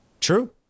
True